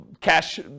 cash